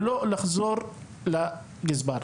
מבלי לחזור לגזבר.